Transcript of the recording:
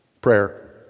prayer